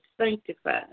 sanctified